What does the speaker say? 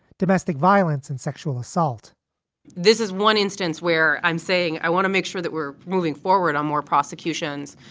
domestic violence and sexual assault this is one instance where i'm saying i want to make sure that we're moving forward on more prosecutions.